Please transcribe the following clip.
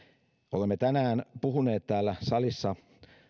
olemme tänään puhuneet täällä salissa